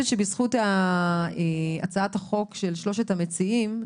שבזכות הצעת החוק של שלושת המציעים,